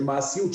של מעשיות,